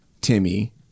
Timmy